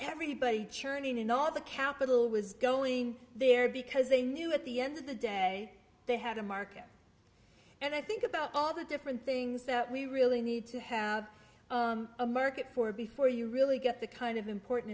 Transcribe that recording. everybody churning and all the capital was going there because they knew at the end of the day they had a market and i think about all the different things that we really need to have a market for before you really get the kind of important